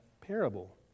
parable